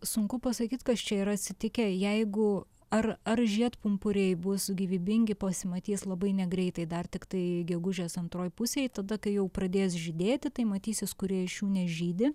sunku pasakyt kas čia yra atsitikę jeigu ar ar žiedpumpuriai bus gyvybingi pasimatys labai negreitai dar tiktai gegužės antroj pusėj tada kai jau pradės žydėti tai matysis kurie iš jų nežydi